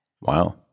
Wow